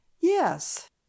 Yes